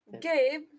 Gabe